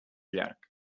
llarg